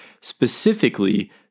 specifically